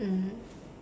mm